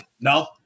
No